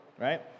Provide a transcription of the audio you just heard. right